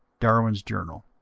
darwin's journal,